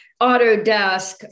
Autodesk